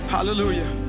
Hallelujah